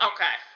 Okay